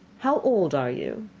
how old are you?